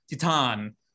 titan